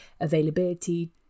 availability